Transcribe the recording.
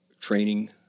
training